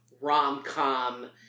rom-com